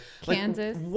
Kansas